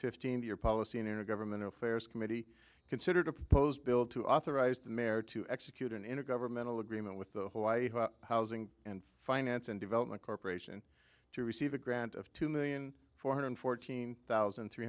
fifteen your policy and government affairs committee considered a proposed bill to authorize the mayor to execute an intergovernmental agreement with the hawaii housing and finance and development corporation to receive a grant of two million four hundred fourteen thousand three